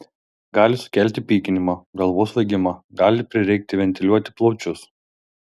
gali sukelti pykinimą galvos svaigimą gali prireikti ventiliuoti plaučius